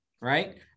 Right